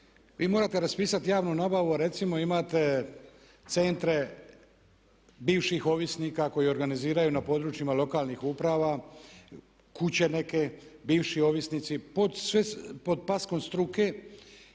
Vi morate raspisati javnu nabavu, a recimo imate centre bivših ovisnika koji organiziraju na područjima lokalnih uprava kuće neke, bivši ovisnici pod paskom struke